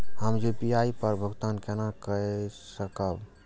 हम यू.पी.आई पर भुगतान केना कई सकब?